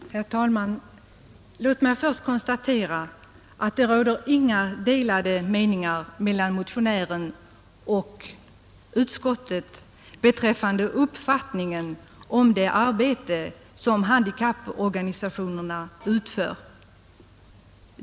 Herr talman! Låt mig först konstatera att det inte råder några delade meningar mellan motionären och utskottet beträffande betydelsen av det arbete som handikapporganisationerna utför.